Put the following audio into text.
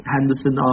Henderson